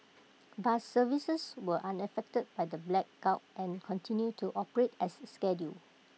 bus services were unaffected by the blackout and continued to operate as scheduled